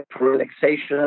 relaxation